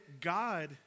God